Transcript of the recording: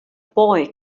boy